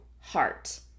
heart